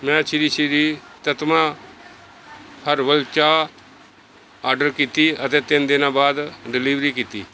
ਮੈਂ ਸ਼੍ਰੀ ਸ਼੍ਰੀ ਤੱਤਵਾ ਹਰਬਲ ਚਾਹ ਆਰਡਰ ਕੀਤੀ ਅਤੇ ਤਿੰਨ ਦਿਨਾਂ ਬਾਅਦ ਡਿਲੀਵਰੀ ਕੀਤੀ